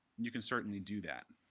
you can certainly do that.